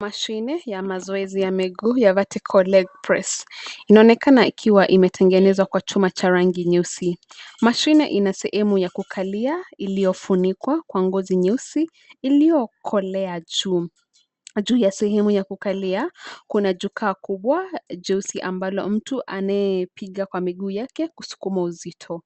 Mashine ya mazoezi ya miguu ya vertical leg press . Inaonekana ikiwa imetengenezwa kwa chuma cha rangi nyeusi. Mashine ina sehemu ya kukalia iliyofunikwa kwa ngozi nyeusi iliyokolea juu. Juu ya sehemu ya kukalia, kuna jukwaa kubwa jeusi ambalo mtu anayepiga kwa miguu yake kusukuma uzito.